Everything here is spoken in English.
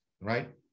right